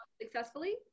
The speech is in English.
successfully